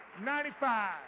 95